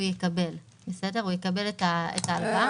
הוא יקבל את ההלוואה.